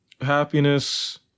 happiness